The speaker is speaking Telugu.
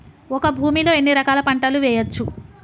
ఒక భూమి లో ఎన్ని రకాల పంటలు వేయచ్చు?